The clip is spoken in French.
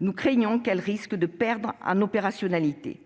risquent de perdre en opérationnalité.